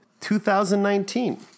2019